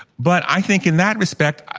but i think, in that respect,